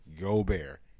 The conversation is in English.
Gobert